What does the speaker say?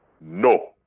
No